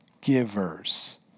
givers